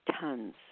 tons